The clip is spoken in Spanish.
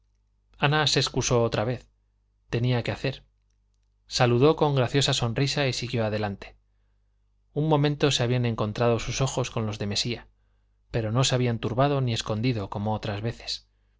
ana se excusó otra vez tenía que hacer saludó con graciosa sonrisa y siguió adelante un momento se habían encontrado sus ojos con los de mesía pero no se habían turbado ni escondido como otras veces